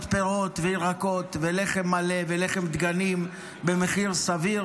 פירות וירקות ולחם מלא ולחם דגנים במחיר סביר.